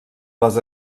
les